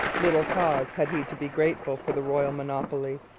little cause had he to be grateful for the royal monopoly.